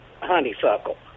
honeysuckle